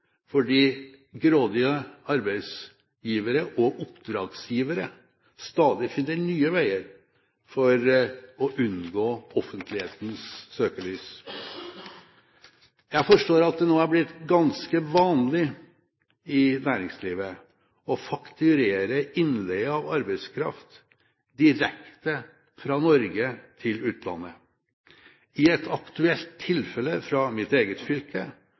fordi grådige arbeidsgivere og oppdragsgivere stadig finner nye veier for å unngå offentlighetens søkelys. Jeg forstår at det nå er blitt ganske vanlig i næringslivet å fakturere innleie av arbeidskraft direkte fra Norge til utlandet. I et aktuelt tilfelle fra mitt eget fylke